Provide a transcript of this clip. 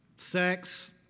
Sex